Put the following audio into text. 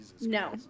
No